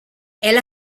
elle